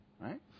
right